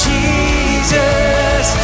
Jesus